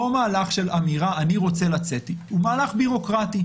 מהלך של אמירה: אני רוצה לצאת אלא היא מהלך בירוקרטי.